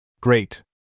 Great